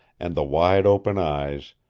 and the wide-open eyes,